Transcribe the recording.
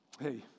Hey